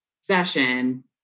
session